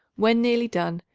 when nearly done,